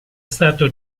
stato